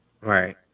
right